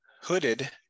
Hooded